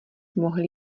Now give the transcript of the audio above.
mohli